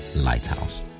Lighthouse